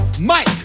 Mike